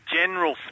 general